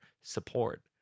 support